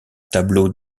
tableau